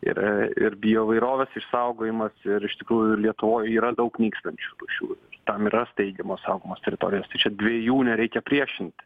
ir ir bioįvairovės išsaugojimas ir iš tikrųjų lietuvoj yra daug nykstančių rūšių tam yra steigiamos saugomos teritorijos tai čia dviejų nereikia priešinti